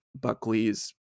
Buckley's